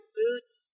boots